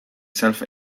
self